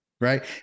right